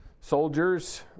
Soldiers